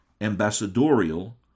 ambassadorial